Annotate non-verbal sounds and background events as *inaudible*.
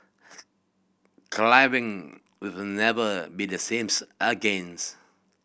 clubbing will never be the same *unintelligible* again *unintelligible*